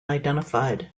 identified